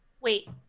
Wait